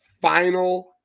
final